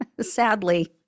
sadly